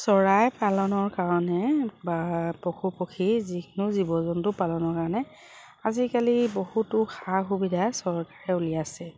চৰাই পালনৰ কাৰণে বা পশু পক্ষী যিকোনো জীৱ জন্তু পালনৰ কাৰণে আজিকালি বহুতো সা সুবিধা চৰকাৰে উলিয়াইছে